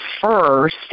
first